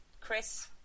Chris